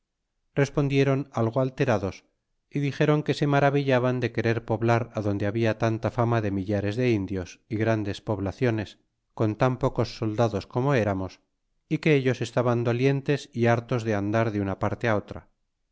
respondieron algo alterados y dixeron que se maravillaban querer poblar adonde habla tanta fama de millares de indios y grandes poblaciones con tan pocos soldados como eramos y que ellos estaban dolientes y hartos de andar de una parte otra